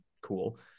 cool